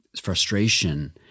frustration